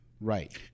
right